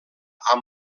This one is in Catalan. amb